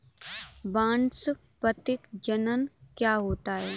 वानस्पतिक जनन क्या होता है?